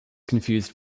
confused